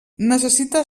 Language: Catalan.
necessita